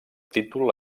títol